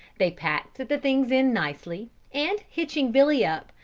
they packed the things in nicely, and hitching billy up,